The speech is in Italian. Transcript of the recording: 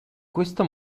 questo